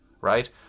Right